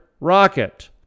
rocket